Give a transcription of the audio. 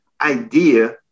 idea